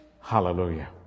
hallelujah